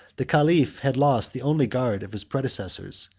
the caliph had lost the only guard of his predecessors,